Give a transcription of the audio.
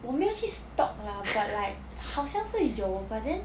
我没有去 stalk lah but like 好像是有 but then